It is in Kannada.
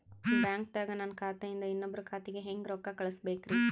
ಬ್ಯಾಂಕ್ದಾಗ ನನ್ ಖಾತೆ ಇಂದ ಇನ್ನೊಬ್ರ ಖಾತೆಗೆ ಹೆಂಗ್ ರೊಕ್ಕ ಕಳಸಬೇಕ್ರಿ?